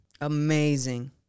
Amazing